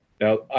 Now